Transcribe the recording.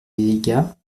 aygas